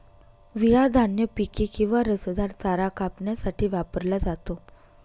विळा धान्य पिके किंवा रसदार चारा कापण्यासाठी वापरला जातो